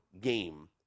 game